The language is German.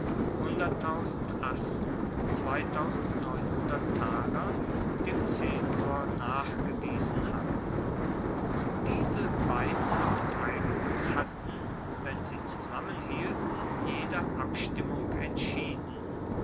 assen dem zensor nachgewiesen hatten und diese beiden abteilungen hatten wenn sie zusammenhielten jede abstimmung entschieden